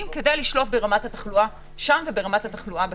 כדי לשלוט ברמת התחלואה שם וברמת התחלואה בסביבה.